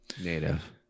Native